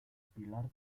pilar